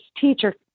teacher